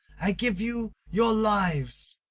i give you your lives!